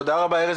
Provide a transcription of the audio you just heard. תודה רבה ארז,